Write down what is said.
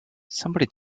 somebody